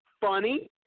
funny